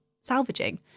salvaging